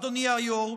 אדוני היושב-ראש,